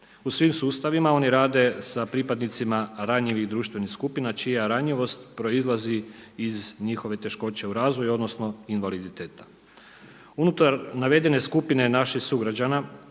U svim sustavima oni rade sa pripadnicima ranjivih društvenih skupina čija ranjivost proizlazi iz njihove teškoće u razvoju odnosno invaliditeta. Unutar navedene skupine naših sugrađana